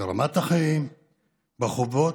ברמת החיים, בחובות,